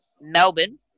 Melbourne